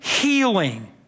healing